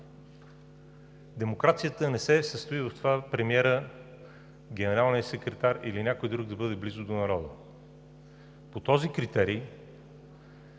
Демокрацията не се състои в това премиерът, генералният секретар или някой друг да бъде близо до народа. По този критерий